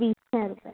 ॿी सौ रुपए